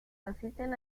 asisten